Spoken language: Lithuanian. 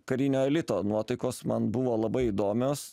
karinio elito nuotaikos man buvo labai įdomios